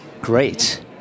Great